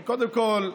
השרה מיכאלי, קודם כול,